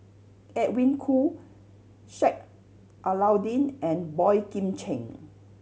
Edwin Koo Sheik Alau'ddin and Boey Kim Cheng